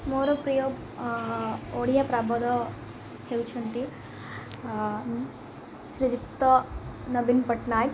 ମୋର ପ୍ରିୟ ଓଡ଼ିଆ ହେଉଛନ୍ତି ଶ୍ରୀଯୁକ୍ତ ନବୀନ ପଟ୍ଟନାୟକ